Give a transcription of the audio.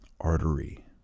Artery